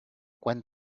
quan